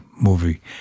movie